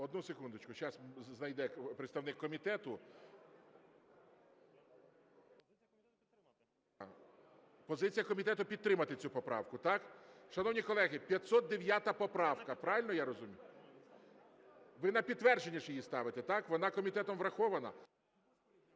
Одну секундочку, зараз знайде представник комітету. Позиція комітету – підтримати цю поправку, так? Шановні колеги, 509 поправка, правильно я розумію? Ви на підтвердження ж її ставите, так, вона комітетом врахована.